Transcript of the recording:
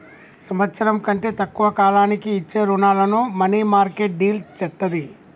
సంవత్సరం కంటే తక్కువ కాలానికి ఇచ్చే రుణాలను మనీమార్కెట్ డీల్ చేత్తది